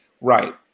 right